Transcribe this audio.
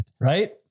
Right